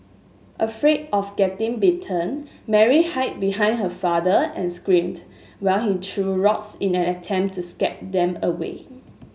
afraid of getting bitten Mary hide behind her father and screamed while he threw rocks in an attempt to scare them away